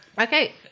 Okay